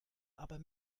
aber